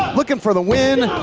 looking for the win,